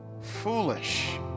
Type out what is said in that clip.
foolish